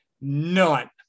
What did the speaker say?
none